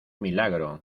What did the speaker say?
milagro